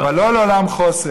אבל לא לעולם חוסן.